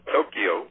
Tokyo